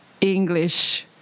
English